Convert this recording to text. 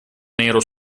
nero